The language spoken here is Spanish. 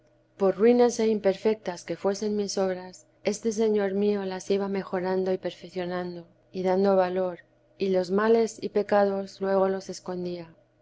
por ruines e imperfectas que fuesen mis obras este señor mío las iba mejorando y perficionando y dando valor y los males y pecados luego los escondía